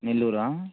నెల్లూరా